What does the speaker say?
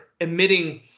emitting